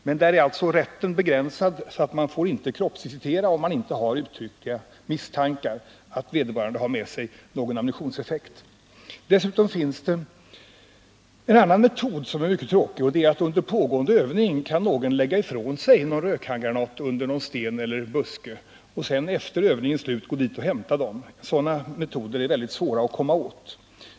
Men rätten är alltså begränsad, så att man inte får kroppsvisitera om man inte har uttryckliga misstankar om att vederbörande har med sig någon ammunitionseffekt. Dessutom finns det en annan metod för tillgripande av sådana effekter som är mycket tråkig, nämligen att en värnpliktig under pågående övning lägger ifrån sig t.ex. en rökhandgranat under en sten eller en buske för att sedan efter övningens slut gå tillbaka och hämta föremålet. Sådana metoder är mycket svåra att komma åt.